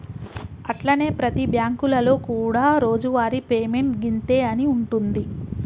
అట్లనే ప్రతి బ్యాంకులలో కూడా రోజువారి పేమెంట్ గింతే అని ఉంటుంది